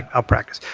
i'll practice.